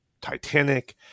Titanic